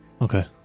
Okay